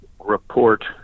report